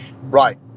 right